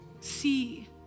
See